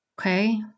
Okay